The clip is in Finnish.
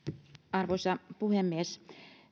arvoisa puhemies